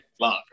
love